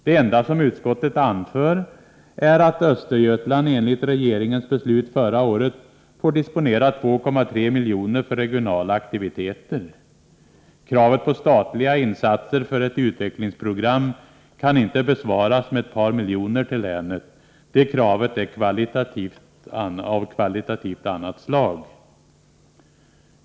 Det enda som utskottet anför är att Östergötland enligt regeringens beslut förra året får disponera 2,3 miljoner för regionala aktiviteter! Kravet på statliga insatser för ett utvecklingsprogram kan inte besvaras med ett par miljoner till länet. Det kravet är av kvalitativt annat slag.